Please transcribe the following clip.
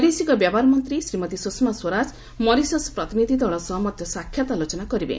ବୈଦେଶିକ ବ୍ୟାପାର ମନ୍ତ୍ରୀ ଶ୍ରୀମତୀ ସ୍ରଷମା ସ୍ୱରାଜ ମରିସସ୍ ପ୍ରତିନିଧ୍ଧ ଦଳ ସହ ମଧ୍ୟ ସାକ୍ଷାତ ଆଲୋଚନା କରିବେ